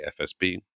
FSB